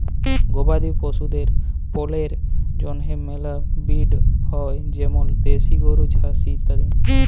গবাদি পশুদের পল্যের জন্হে মেলা ব্রিড হ্য় যেমল দেশি গরু, জার্সি ইত্যাদি